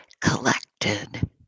collected